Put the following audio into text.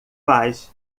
faz